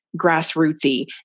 grassrootsy